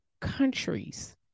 countries